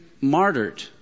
martyred